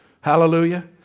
Hallelujah